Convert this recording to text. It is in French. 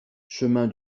chemin